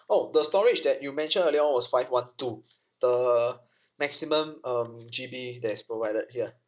orh the storage that you mentioned earlier on was five one two the maximum um G_B that is provided here